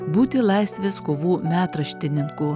būti laisvės kovų metraštininku